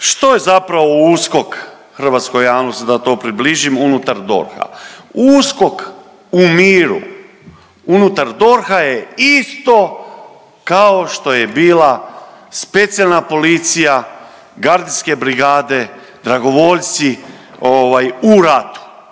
što je zapravo USKOK hrvatskoj javnosti da to približim unutar DORH-a? USKOK u miru unutar DORH-a je isto kao što je bila specijalna policija, gardijske brigade, dragovoljci u ratu.